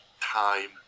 time